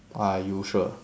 are you sure